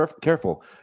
careful